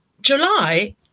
July